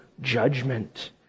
judgment